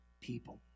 people